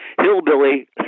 hillbilly